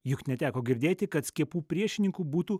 juk neteko girdėti kad skiepų priešininkų būtų